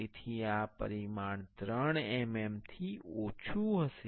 તેથી આ પરિમાણ 3 mm થી ઓછું હશે